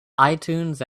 itunes